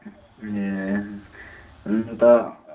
ए अन्त